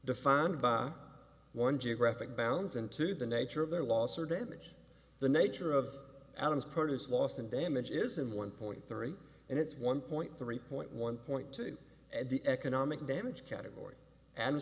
defined by one geographic bounds into the nature of their loss or damage the nature of atoms produce loss and damage isn't one point three and it's one point three point one point two and the economic damage category a